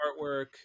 artwork